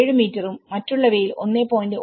7 മീറ്ററും മറ്റുള്ളവയിൽ 1